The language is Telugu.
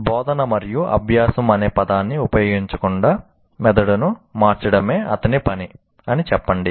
బోధన మరియు అభ్యాసం అనే పదాన్ని ఉపయోగించకుండా మెదడును మార్చడమే అతని పని అని చెప్పండి